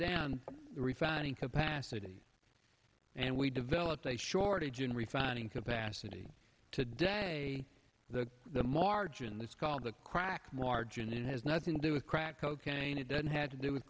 the refining capacity and we developed a shortage in refining capacity today the the margin that's called the cracked margin it has nothing to do with crack cocaine it doesn't have to do with